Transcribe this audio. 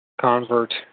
convert